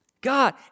God